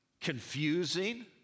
Confusing